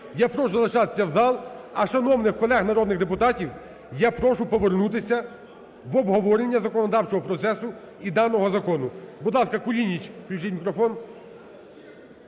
Я прошу залишатися в залі, а шановних колег народних депутатів я прошу повернутися в обговорення законодавчого процесу і даного закону. Будь ласка, Кулініч, включіть мікрофон.